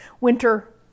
winter